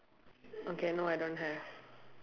okay no I don't have